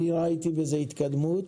אני ראיתי בזה התקדמות,